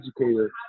educator